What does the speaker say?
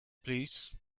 please